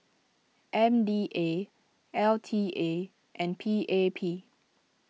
M D A L T A and P A P